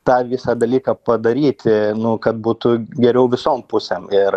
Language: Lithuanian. tą visą dalyką padaryti kad būtų geriau visom pusėm ir